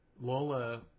Lola